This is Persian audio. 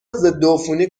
ضدعفونی